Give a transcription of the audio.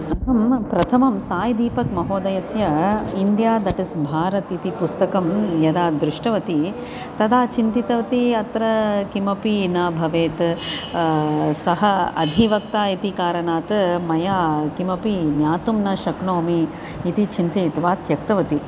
प्रथमं प्रथमं साईदीपकमहोदयस्य इन्डिया देट् ईस् भारत् इति पुस्तकं यदा दृष्टवती तदा चिन्तितवती अत्र किमपि न भवेत् सः अधिवक्ता कारणात् मया किमपि ज्ञातुं न शक्नोमि इति चिन्तयित्वा त्यक्तवती